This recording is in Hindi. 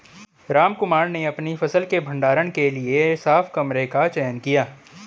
रामकुमार ने अपनी फसल के भंडारण के लिए साफ कमरे का चयन किया